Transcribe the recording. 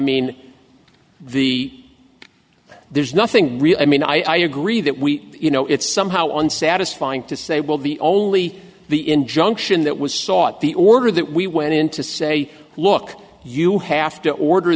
mean the there's nothing really i mean i agree that we you know it's somehow unsatisfying to say well the only the injunction that was sought the order that we went in to say look you have to order